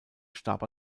starb